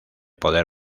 poder